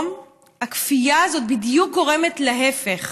הכפייה הזאת בדיוק גורמת להפך: